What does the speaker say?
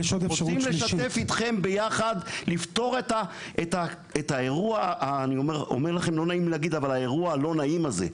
רוצים לשתף אתכם ולפתור ביחד איתכם את האירוע הלא נעים הזה,